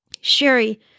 Sherry